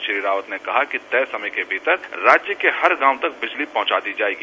श्री रावत ने कहा कि तय समय के भीतर राज्य के हर गांव तक बिजली पहंचा दी जाएगी